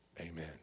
Amen